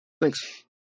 Thanks